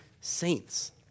saints